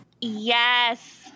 Yes